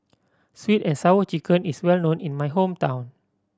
Sweet And Sour Chicken is well known in my hometown